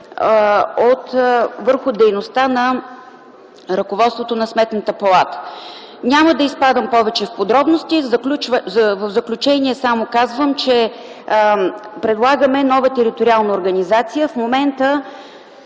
върху дейността на ръководството на Сметната палата. Няма да изпадам в повече подробности. В заключение само казвам, че предлагаме нова териториална организация. В момента